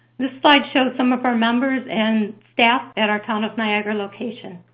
this slide shows some of our members and staff at our town of niagara location.